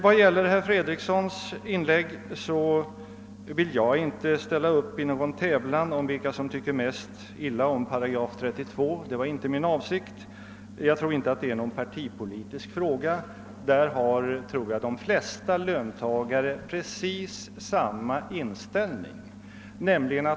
Vad gäller herr Fredrikssons inlägg vill jag inte ställa upp i någon tävlan om vem som tycker mest illa om 8 32 — det var inte min avsikt. Det är inte någon partipolitisk fråga, och jag tror att de flesta löntagare har precis sam ma inställning.